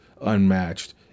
Unmatched